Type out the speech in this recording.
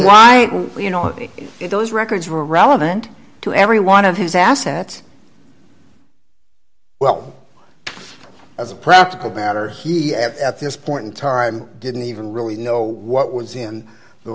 why you know if those records were relevant to every one of his assets well as a practical six matter he at this point in time didn't even really know what was in the